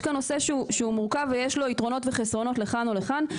יש כאן נושא מורכב ויש לו יתרונות וחסרונות לכאן או לכאן.